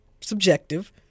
subjective